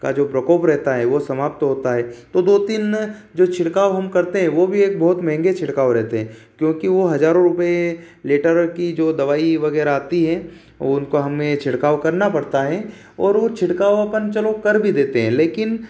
का जो प्रकोप रहता है वो समाप्त होता है तो दो तीन छिड़काव जो हम करते हैं वो भी एक बोहोत महँगे छिड़काव रहते हैं क्योंकि वो जो हजारों लीटर रुपये की जो दवाई वगैरह जो आती है उनका हमें छिड़काव करना पड़ता है और वो छिड़काव अपन कर भी देते हैं लेकिन